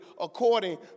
according